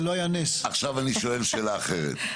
עכשיו אני שואל שאלה אחרת.